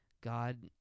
God